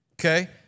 Okay